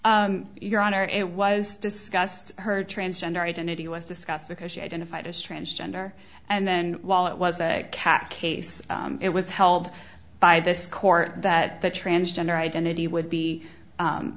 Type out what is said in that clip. no your honor it was discussed her transgender identity was discussed because she identified as transgender and then while it was a cack case it was held by this court that the transgender identity would be